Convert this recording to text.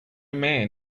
man